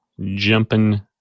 jumping